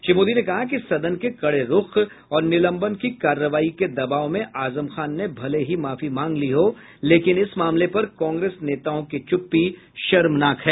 श्री मोदी ने कहा कि सदन के कड़े रूख और निलंबन की कार्रवाई के दबाव में आजम खान ने भले ही माफी मांग ली हो लेकिन इस मामले पर कांग्रेस नेताओं की चुप्पी शर्मनाक है